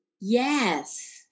Yes